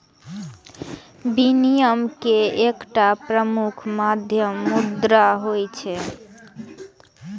विनिमय के एकटा प्रमुख माध्यम मुद्रा होइ छै